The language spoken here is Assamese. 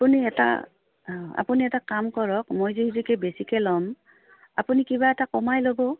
আপুনি এটা আপুনি এটা কাম কৰক মই যিহেতুকে বেছিকে ল'ম আপুনি কিবা এটা কমাই ল'ব